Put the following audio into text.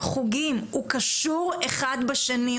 חוגים הוא קשור אחד בשני,